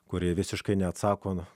kuri visiškai neatsako